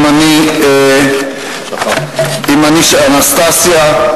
גם אנסטסיה,